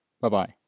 Bye-bye